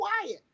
quiet